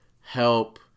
help